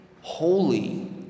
holy